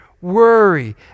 worry